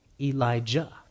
Elijah